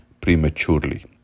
prematurely